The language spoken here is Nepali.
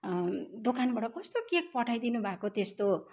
दोकानबाट कस्तो केक पठाइदिनु भएको त्यस्तो